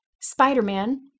Spider-Man